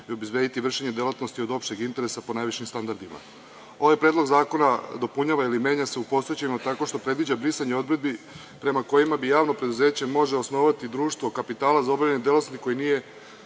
i obezbediti vršenje delatnosti od opšteg interesa po najvišim standardima. Ovaj predlog zakona dopunjava ili menja se u postojećima tako što predviđa brisanje odredbi prema kojima bi javno preduzeće moglo osnovati društvo kapitala za obavljanje delatnosti koje nije